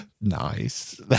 nice